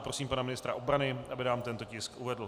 Prosím pana ministra obrany, aby nám tento tisk uvedl.